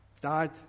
Dad